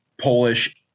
Polish